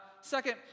Second